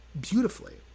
beautifully